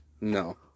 No